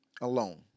Alone